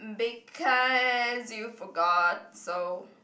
because you forgot so